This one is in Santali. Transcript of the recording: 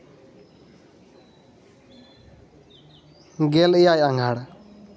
ᱜᱮᱞ ᱮᱭᱟᱭ ᱟᱸᱜᱷᱟᱲ